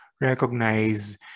recognize